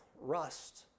rust